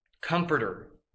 Comforter